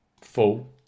full